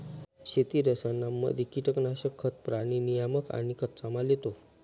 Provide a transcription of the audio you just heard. शेती रसायनांमध्ये कीटनाशक, खतं, प्राणी नियामक आणि कच्चामाल येतो